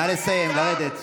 נא לסיים, לרדת.